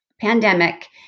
pandemic